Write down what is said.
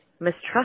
Mistrust